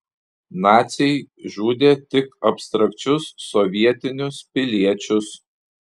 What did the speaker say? naciai žudė tik abstrakčius sovietinius piliečius